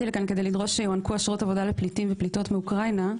הגעתי לכאן כדי לדרוש שיוענקו אשרות עבודה לפליטים ופליטות מאוקראינה,